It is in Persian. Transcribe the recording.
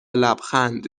لبخند